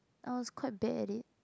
I was quite bad at it